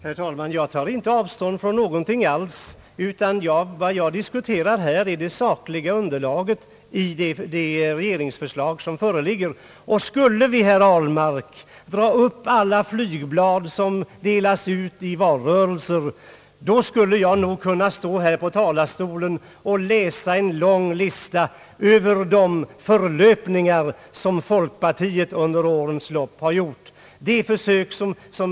Herr talman! Jag tar inte avstånd från någonting alls, utan vad jag här diskuterar är det sakliga underlaget i det regeringsförslag som föreligger. Skulle vi, herr Ahlmark, dra upp alla flygblad som delas ut i valrörelser, skulle jag nog här från talarstolen kunna läsa upp en lång lista över de förlöpningar som folkpartiet under årens lopp har gjort sig skyldigt till.